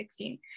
2016